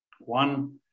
one